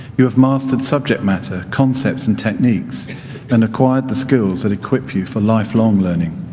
you have mastered subject matter, concepts and techniques and acquired the skills that equip you for lifelong learning.